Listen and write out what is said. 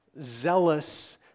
zealous